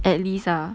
at least ah